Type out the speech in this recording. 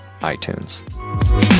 iTunes